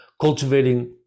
cultivating